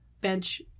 bench